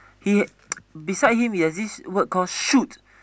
he beside him he has this word call shoot